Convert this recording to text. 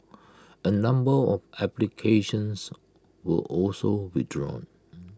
A number of applications were also withdrawn